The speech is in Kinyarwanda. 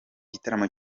gitaramo